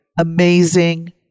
amazing